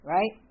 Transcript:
Right